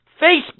Facebook